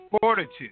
fortitude